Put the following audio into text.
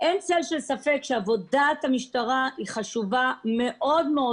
אין צל של ספק שעבודת המשטרה היא חשובה מאוד-מאוד,